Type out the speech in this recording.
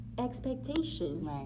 Expectations